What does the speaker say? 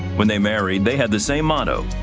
when they married, they had the same motto,